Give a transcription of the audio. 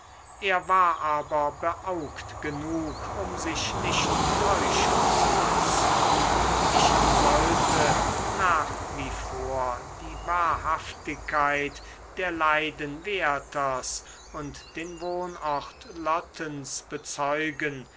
er war aber beaugt genug um sich nicht täuschen zu lassen ich sollte nach wie vor die wahrhaftigkeit der leiden werthers und den wohnort lottens bezeugen